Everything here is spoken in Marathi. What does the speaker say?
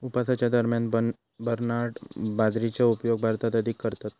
उपवासाच्या दरम्यान बरनार्ड बाजरीचो उपयोग भारतात अधिक करतत